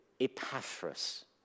Epaphras